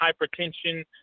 hypertension